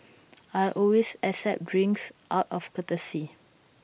I always accept the drinks out of courtesy